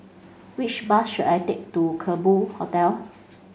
which bus should I take to Kerbau Hotel